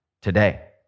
today